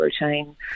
routine